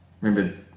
Remember